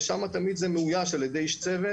ושם תמיד זה מאויש על ידי איש צוות.